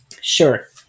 Sure